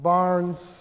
Barnes